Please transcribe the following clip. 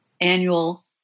annual